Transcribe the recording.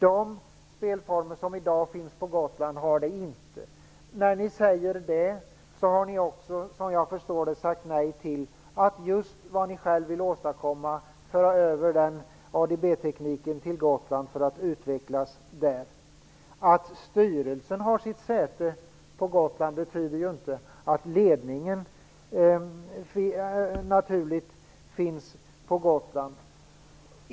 De spelformer som i dag finns på Gotland har den inte. När ni säger så, säger ni nej till just det ni själva vill åstadkomma, nämligen en överföring av ADB tekniken till Gotland och en utveckling av den där. Att styrelsen har sitt säte på Gotland betyder ju inte att ledningen naturligt finns där.